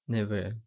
never